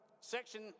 section